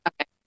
Okay